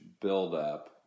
buildup